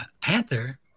panther